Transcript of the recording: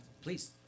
Please